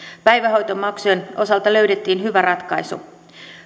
päivähoitomaksujen osalta löydettiin hyvä ratkaisu